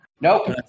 Nope